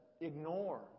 ignore